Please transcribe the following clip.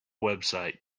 website